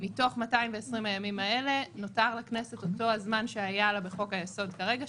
מתוך 220 הימים האלה נותר לכנסת אותו הזמן שהיה לה בחוק-היסוד כרגע,